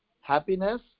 happiness